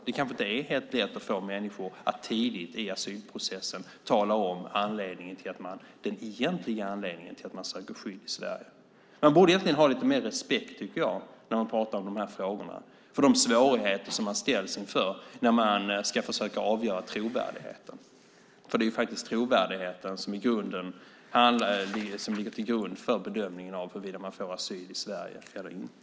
Det kanske inte är helt lätt att få människor att tidigt i asylprocessen tala om den egentliga anledningen till att de söker skydd i Sverige. När man talar om dessa frågor borde man egentligen, tycker jag, ha lite mer respekt för de svårigheter man ställs inför när man ska försöka avgöra trovärdigheten, för det är ju trovärdigheten som ligger till grund för bedömningen huruvida någon får asyl i Sverige eller inte.